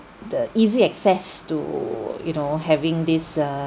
the easy access to you know having this err